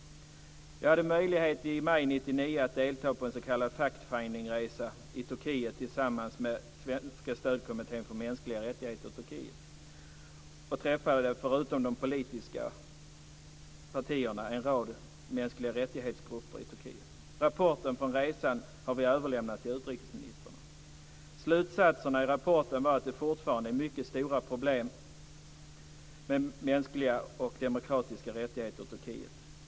Jag hade i maj 1999 möjlighet att delta i en s.k. fackföreningsresa i Turkiet tillsammans med Svenska stödkommittén för mänskliga rättigheter i Turkiet och träffade förutom de politiska partierna en rad grupper för mänskliga rättigheter i Turkiet. Rapporten från resan har vi överlämnat till utrikesministern. Slutsatserna i rapporten var att det fortfarande är mycket stora problem med mänskliga och demokratiska rättigheter i Turkiet.